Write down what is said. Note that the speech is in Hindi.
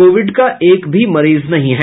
कोविड का एक भी मरीज नहीं है